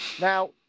now